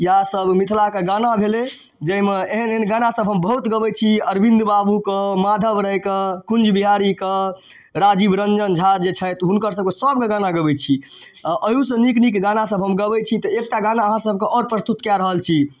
इएहसब मिथिलाके गाना भेलै जाहिमे एहन एहन गानासब हम बहुत गबै छी अरविन्द बाबूके माधव रायके कुञ्जबिहारीके राजीव रञ्जन झा जे छथि हुनकरसबके सबके गाना गबै छी अहूसँ नीक नीक गानासब हम गबै छी तऽ एकटा गाना अहाँ सबके आओर प्रस्तुत कऽ रहल छी